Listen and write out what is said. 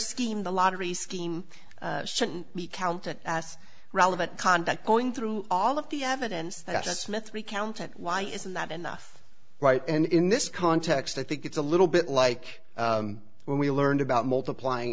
scheme the lottery scheme should be counted as relevant conduct going through all of the evidence that smith recounted why isn't that enough right and in this context i think it's a little bit like when we learned about multiplying